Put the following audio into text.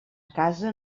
casa